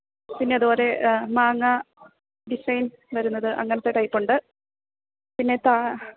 പിന്നെ അതുപോലെ മാങ്ങാ ഡിസൈന് വരുന്നത് അങ്ങനത്തെ ടൈപ്പൊണ്ട് പിന്നെ